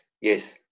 yes